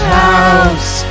house